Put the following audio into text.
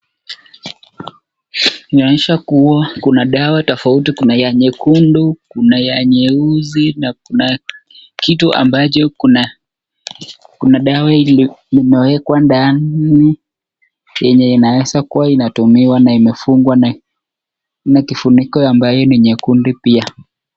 Inaonyesha kuwa Kuna dawa tofauti Kuna ya nyekundu, Kuna ya nyeusi na kitu ambacho Kuna dawa ambayo limewekwa ndani yenye Inaeza kuwa imetumiwa na yenye na imefungwa na kifuniko ambaye ni nyekundu pia.